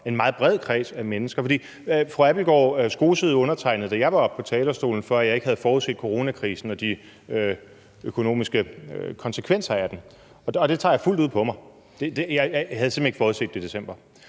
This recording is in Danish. en meget bred kreds af mennesker. Fru Mette Abildgaard skosede undertegnede, da jeg var oppe på talerstolen, fordi jeg ikke havde forudset coronakrisen og de økonomiske konsekvenser af den. Det tager jeg fuldt ud på mig, for jeg havde simpelt hen ikke forudset det i december,